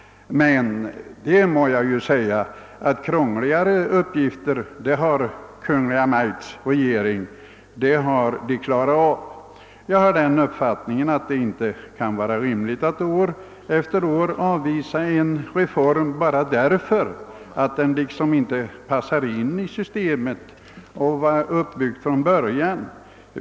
Men det må jag säga att krångligare uppgifter har Kungl. Maj:t klarat av. Det kan inte vara rimligt att år efter år avvisa en reform bara därför att den liksom inte passar in i systemet sådant det är uppbyggt från början.